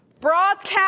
Broadcast